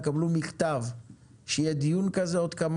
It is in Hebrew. הם יקבלו מכתב שיהיה דיון כזה בעוד כמה